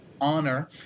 Honor